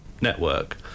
network